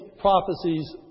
prophecies